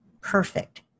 perfect